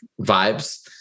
vibes